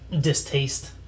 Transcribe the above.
distaste